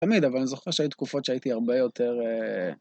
תמיד, אבל אני זוכר שהיו תקופות שהייתי הרבה יותר...